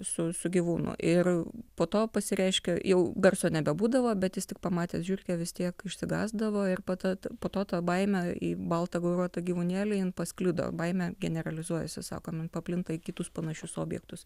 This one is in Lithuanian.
su su gyvūnu ir po to pasireiškia jau garso nebebūdavo bet jis tik pamatęs žiurkę vis tiek išsigąsdavo ir pa ta po to ta baimė į baltą gauruotą gyvūnėlį jin pasklido baimė generalizuojasi sakom jin paplinta į kitus panašius objektus